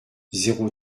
zéro